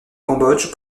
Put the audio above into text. cambodge